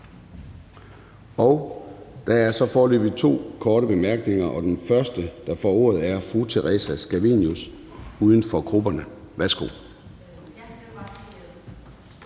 Torsten Gejl om at komme herop igen. Den første, der nu får ordet, er fru Theresa Scavenius, uden for grupperne. Værsgo.